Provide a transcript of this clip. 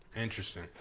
Interesting